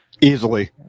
Easily